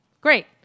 Great